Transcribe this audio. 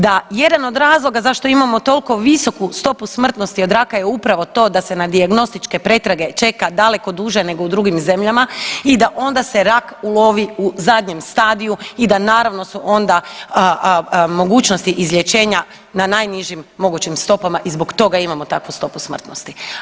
Da, jedan od razloga zašto imamo toliko visoku stopu smrtnosti od raka je upravo to da se na dijagnostičke pretrage čeka daleko duže nego u drugim zemljama i da onda se rak ulovi u zadnjem stadiju i da naravno su onda mogućnosti izlječenja na najnižim mogućim stopama i zbog toga imamo takvu stopu smrtnosti.